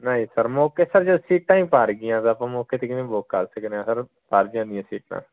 ਨਹੀਂ ਸਰ ਮੌਕੇ ਸਰ ਜਦ ਸੀਟਾਂ ਹੀ ਭਰ ਗਈਆਂ ਤਾਂ ਆਪਾਂ ਮੌਕੇ 'ਤੇ ਕਿਵੇਂ ਬੁੱਕ ਕਰ ਸਕਦੇ ਸਰ ਭਰ ਜਾਂਦੀਆਂ ਸੀਟਾਂ